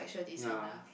ya